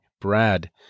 Brad